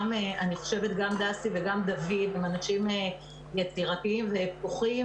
גם דסי וגם דוד הם אנשים יצירתיים והם פתוחים